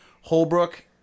Holbrook